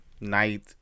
night